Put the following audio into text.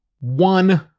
one